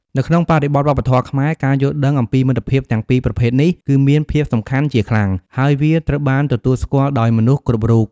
នៅក្នុងបរិបទវប្បធម៌ខ្មែរ ការយល់ដឹងអំពីមិត្តភាពទាំងពីរប្រភេទនេះគឺមានភាពសំខាន់ជាខ្លាំង ហើយវាត្រូវបានទទួលស្គាល់ដោយមនុស្សគ្រប់រូប។